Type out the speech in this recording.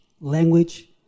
language